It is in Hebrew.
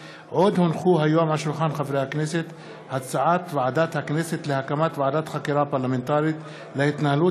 2017. הצעת ועדת הכנסת להקמת ועדת חקירה פרלמנטרית להתנהלות